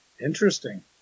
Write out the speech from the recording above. Interesting